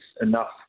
enough